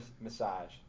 massage